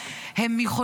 הם בתוך השכונות,